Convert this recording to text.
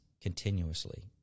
continuously